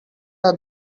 are